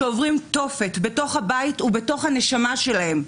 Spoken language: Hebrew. שעוברים תופת בתוך הבית ובתוך הנשמה שלהם,